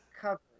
cover